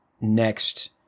next